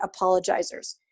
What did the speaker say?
apologizers